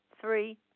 three